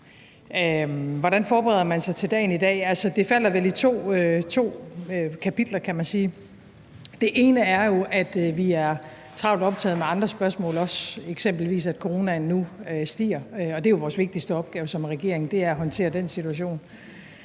Hvordan forbereder man sig til dagen i dag? Altså, det falder vel i to kapitler, kan man sige. Det ene er jo, at vi også er travlt optaget af andre spørgsmål, eksempelvis, at coronaen nu stiger, og det er jo vores vigtigste opgave som regering: at håndtere den situation.